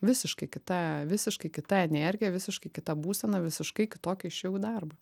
visiškai kita visiškai kita energija visiškai kita būsena visiškai kitokia išėjau į darbą